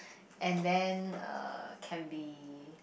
and then uh can be